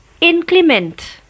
inclement